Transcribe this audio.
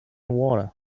water